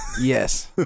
Yes